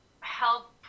help